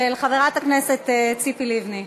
של חברת הכנסת ציפי לבני.